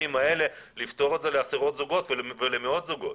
לרגעים האלה לפתור את זה לעשרות זוגות ולמאות זוגות.